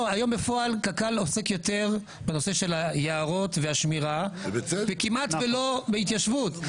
היום בפועל קק"ל עוסק יותר בנושא של יערות ושמירה וכמעט לא בהתיישבות,